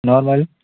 normal